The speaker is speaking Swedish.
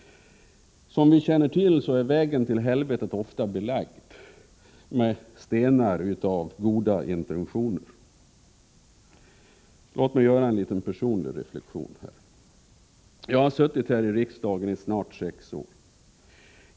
Som vi känner till är vägen till helvetet ofta stenlagd med goda intentioner. Låt mig här göra en personlig reflexion. Jag har suttit i riksdagen i snart sex år.